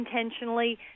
intentionally